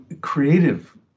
creative